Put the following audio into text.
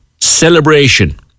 celebration